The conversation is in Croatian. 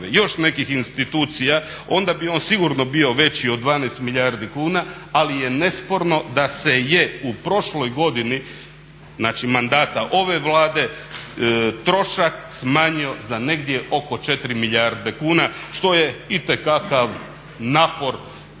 još nekih institucija onda bi on sigurno bio veći od 12 milijardi kuna, ali je nesporno da se je u prošloj godini znači mandata ove Vlade, trošak smanjio za negdje oko 4 milijarde kuna što je itekakav napor